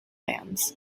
bands